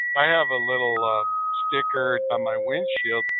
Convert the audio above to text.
i have a little sticker on my windshield,